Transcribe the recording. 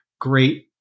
great